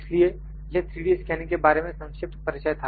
इसलिए यह 3D scanning के बारे में संक्षिप्त परिचय था